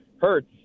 Hurts